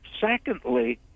Secondly